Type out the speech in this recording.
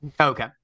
Okay